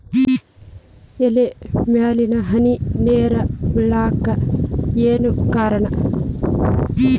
ಎಲೆ ಮ್ಯಾಲ್ ಹನಿ ನೇರ್ ಬಿಳಾಕ್ ಏನು ಕಾರಣ?